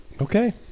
Okay